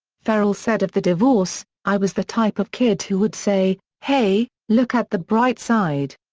ferrell said of the divorce i was the type of kid who would say, hey, look at the bright side!